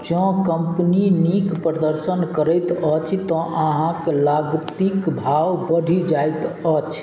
जँ कम्पनी नीक प्रदर्शन करैत अछि तँ अहाँक लागतिके भाव बढ़ि जाइत अछि